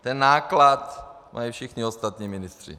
Ten náklad mají všichni ostatní ministři.